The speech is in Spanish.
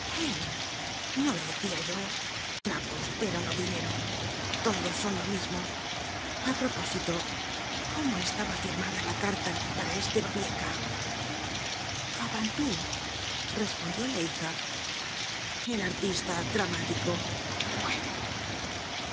no lo decia yo trapos pero no dinero todos son lo mismo a propósito cómo estaba firmada la carta para este babieca fabantou respondió la hija el artista dramático bueno